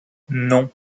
non